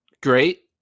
great